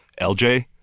lj